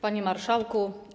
Panie Marszałku!